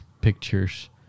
pictures